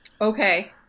okay